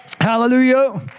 Hallelujah